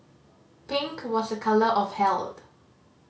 pink was a colour of health